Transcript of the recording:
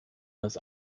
das